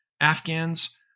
Afghans